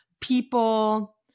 people